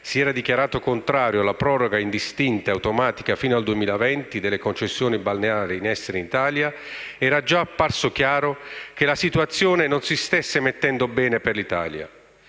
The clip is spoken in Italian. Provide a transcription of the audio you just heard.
si era dichiarato contrario alla proroga indistinta e automatica fino al 2020 delle concessioni balneari in essere in Italia, era apparso chiaro che la situazione non si stesse mettendo bene per l'Italia.